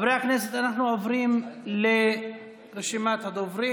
חברי הכנסת, אנחנו עוברים לרשימת הדוברים.